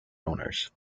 owners